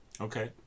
Okay